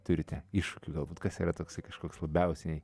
turite iššūkių galbūt kas yra toksai kažkoks labiausiai